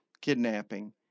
kidnapping